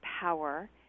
power